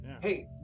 Hey